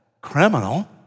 criminal